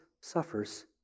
suffers